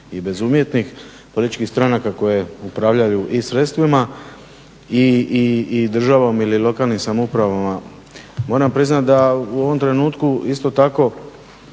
i bezuvjetnih političkih stranaka koje upravljaju i sredstvima i državom ili lokalnim samoupravama. Moram priznati da u ovom trenutku isto tako